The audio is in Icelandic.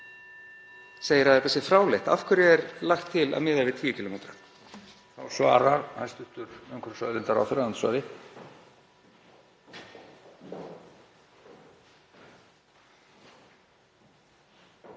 segir að þetta sé fráleitt, af hverju er lagt til að miða við 10 km?